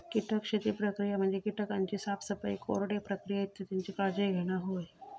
कीटक शेती प्रक्रिया म्हणजे कीटकांची साफसफाई, कोरडे प्रक्रिया इत्यादीची काळजी घेणा होय